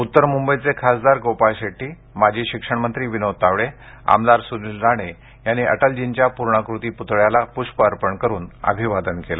उत्तर मुंबईचे खासदार गोपाळ शेट्टी माजी शिक्षणमंत्री विनोद तावडे आमदार सुनिल राणे यांनी अटलजींच्या पूर्णाकृती पुतळ्याला पुष्प अर्पण करून अभिवादन केलं